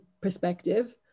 perspective